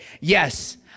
Yes